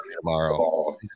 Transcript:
tomorrow